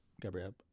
Gabriel